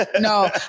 No